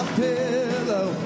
pillow